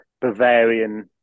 Bavarian